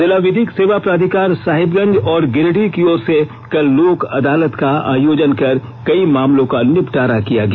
जिला विधिक सेवा प्राधिकार साहिबगंज और गिरिडीह की ओर से कल लोक अदालत का आयोजन कर कई मामलों का निपटारा किया गया